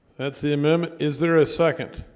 that's the amendment is there a second